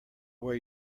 where